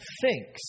thinks